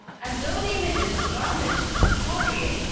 and though the images of garment, scoriae,